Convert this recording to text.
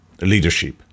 leadership